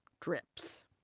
drips